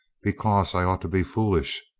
because i ought to be foolish.